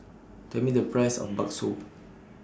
Tell Me The Price of Bakso